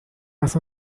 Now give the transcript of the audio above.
اصلا